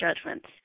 judgments